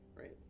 right